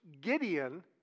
Gideon